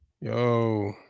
yo